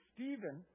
Stephen